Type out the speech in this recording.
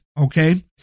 Okay